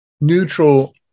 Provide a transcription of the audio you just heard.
Neutral